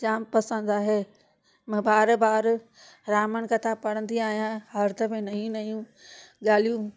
जाम पसंदि आहे मां बार बार रावण कथा पढ़ंदी आहियां हर दफ़े नयूं नयूं ॻाल्हियूं